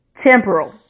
temporal